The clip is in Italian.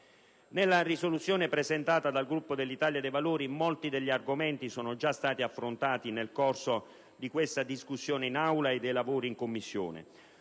di risoluzione presentata dal Gruppo dell'Italia dei Valori, molti degli argomenti sono già stati affrontati nel corso della discussione in Aula e dei lavori in Commissione.